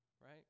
right